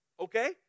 Okay